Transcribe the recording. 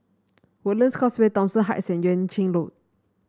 Woodlands Causeway Thomson Heights and Yuan Ching Road